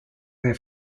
their